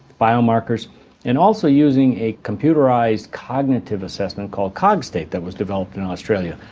biomarkers and also using a computerised cognitive assessment called cogstate that was developed in australia.